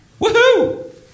Woohoo